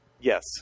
Yes